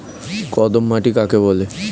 কর্দম মাটি কাকে বলে?